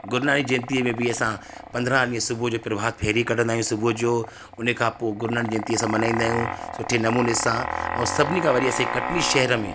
गुरूनानक जयंतीअ में बि असां पंदरहां ॾींहं सुबुह प्रभात फेरी कढंदा आहियूं सुबुह जो उन खां पोइ गुरूनानक जयंती असां मल्हाईंदा आहियूं सुठे नमूने सां ऐं सभिनी खां वॾी असांजे कटनी शहर में